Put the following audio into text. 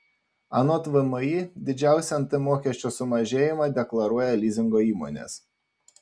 anot vmi didžiausią nt mokesčio sumažėjimą deklaruoja lizingo įmonės